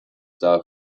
daher